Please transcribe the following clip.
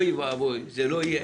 אוי ואבוי, זה לא יהיה.